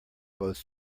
both